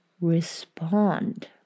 respond